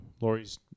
Lori's